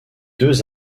deux